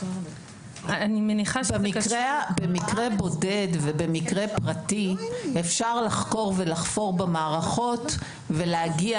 אני מניחה שבמקרה בודד ובמקרה פרטי אפשר לחקור ולחפור במערכות ולהגיע